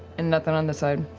and nothing on this side?